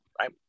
right